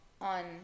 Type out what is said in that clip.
on